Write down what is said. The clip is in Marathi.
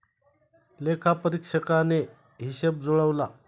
लेखापरीक्षकाने हिशेब जुळवला